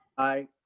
i.